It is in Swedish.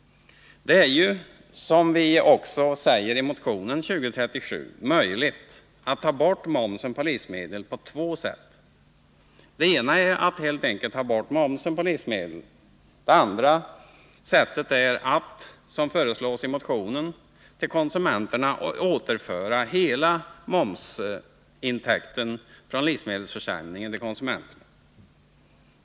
Det är ju, som vi också säger i motion 2037, möjligt att ta bort momsen på livsmedel på två sätt. Det ena är att helt enkelt ta bort den. Det andra sättet är att, som föreslås i motionen, till konsumenterna återföra hela momsintäkten från livsmedelsförsäljningen till konsumenterna.